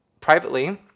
privately